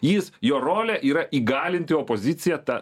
jis jo rolė yra įgalinti opoziciją tą